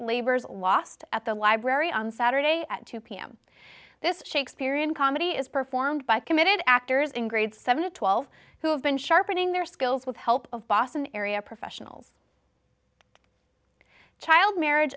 labour's lost at the library on saturday at two pm this shakespearean comedy is performed by committed actors in grade seven and twelve who have been sharpening their skills with help of boston area professionals child marriage